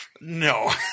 No